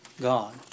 God